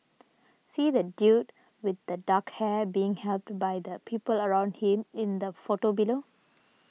see that dude with the dark hair being helped by the people around him in the photo below